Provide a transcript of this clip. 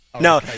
no